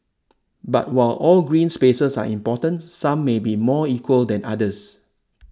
but while all green spaces are important some may be more equal than others